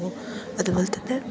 അപ്പോൾ അതുപോലെത്തന്നെ